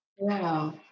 Wow